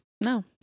No